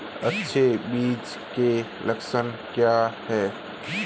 अच्छे बीज के लक्षण क्या हैं?